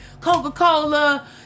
Coca-Cola